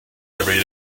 every